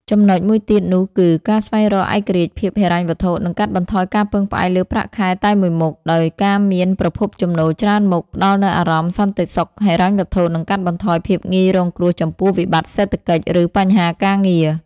ចំណុចមួយទៀតនោះទៀតគឺ ការស្វែងរកឯករាជ្យភាពហិរញ្ញវត្ថុ និងកាត់បន្ថយការពឹងផ្អែកលើប្រាក់ខែតែមួយមុខ ដោយការមានប្រភពចំណូលច្រើនមុខ ផ្តល់នូវអារម្មណ៍សន្តិសុខហិរញ្ញវត្ថុ និងកាត់បន្ថយភាពងាយរងគ្រោះចំពោះវិបត្តិសេដ្ឋកិច្ច ឬបញ្ហាការងារ។